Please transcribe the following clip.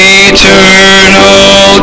eternal